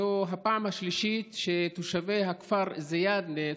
זו הפעם השלישית שתושבי הכפר א-זיאדנה,